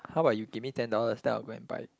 how about you give me ten dollars then I'll go and buy